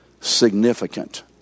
significant